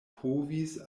povis